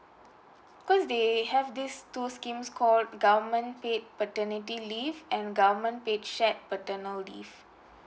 'cos they have these two schemes called government paid paternity leave and government paid shared paternal leave